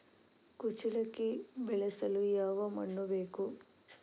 ಕುಚ್ಚಲಕ್ಕಿ ಬೆಳೆಸಲು ಯಾವ ಮಣ್ಣು ಬೇಕು?